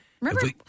Remember